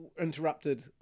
interrupted